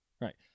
Right